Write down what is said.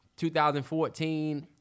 2014